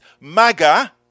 MAGA